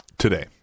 Today